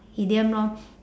idiom lor